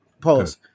Pause